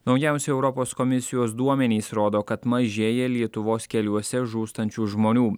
naujausi europos komisijos duomenys rodo kad mažėja lietuvos keliuose žūstančių žmonių